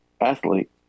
athlete